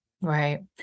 Right